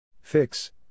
Fix